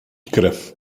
krew